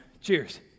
Cheers